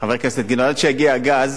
חבר הכנסת גילאון, עד שיגיע הגז,